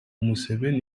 museveni